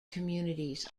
communities